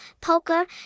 poker